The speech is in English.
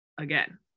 again